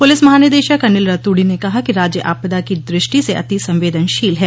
police महानिदेशक अनिल रतूड़ी ने कहा कि राज्य आपदा की दृष्टि से अति संवेदनशील है